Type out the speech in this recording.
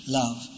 love